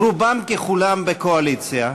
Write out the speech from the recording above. רובם ככולם בקואליציה,